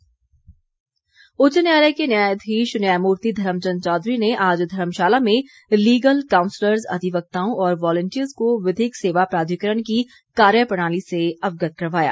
विधिक साक्षरता उच्च न्यायालय के न्यायाधीश न्यायमूर्ति धर्मचंद चौधरी ने आज धर्मशाला में लीगल काउंसलर्स अधिवक्ताओं और वॉलंटियर्स को विधिक सेवा प्राधिकरण की कार्य प्रणाली से अवगत करवाया